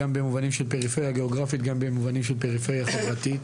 גם במובנים של פריפריה גאוגרפית וגם במובנים של פריפריה חברתית,